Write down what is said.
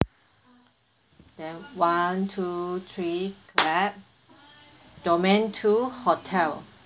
then one two three clap domain two hotel